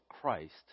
Christ